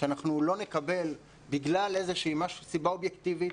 שאנחנו לא נקבל בגלל סיבה אובייקטיבית,